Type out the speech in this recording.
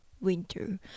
winter